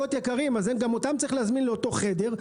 יקרים אז גם אותם צריך להזמין לאותו חדר.